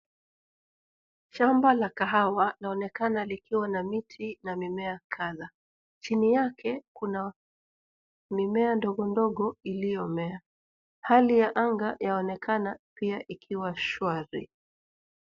Shamba la kahawa laonekana likiwa na miti na mimea kadha. Chini yake kuna mimea ndogo ndogo iliyomea. Hali ya anga yaonekana pia ikiwa shwari.